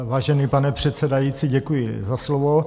Vážený pane předsedající, děkuji za slovo.